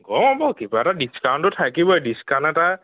অঁ হ'ব কিবা এটা ডিচকাউণ্টটো থাকিবই ডিচকাউণ্ট এটা